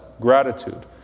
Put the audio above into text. gratitude